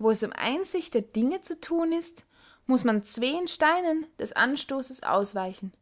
wo es um einsicht der dinge zu thun ist muß man zween steinen des anstossens ausweichen